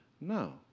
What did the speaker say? No